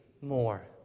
more